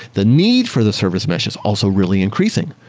the need for the service mesh is also really increasing,